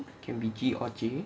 can be G or J